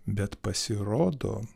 bet pasirodo